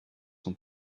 sont